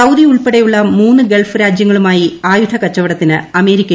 Saudi ഉൾപ്പെടെയുള്ള മൂന്ന് Gulf രാജ്യങ്ങളുമായി ആയുധകച്ചവടത്തിന് അമേരിക്കയുടെ അംഗീകാരം